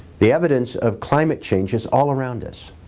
the evidence of climate change is all around us.